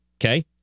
Okay